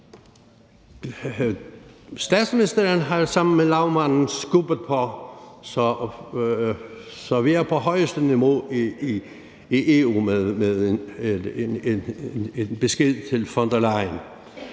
Statsministeren har jo sammen med lagmanden skubbet på, så vi er på højeste niveau i EU med en besked til von der Leyen.